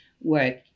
work